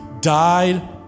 died